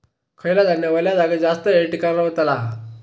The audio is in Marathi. खयला धान्य वल्या जागेत जास्त येळ टिकान रवतला?